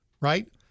Right